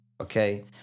Okay